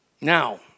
Now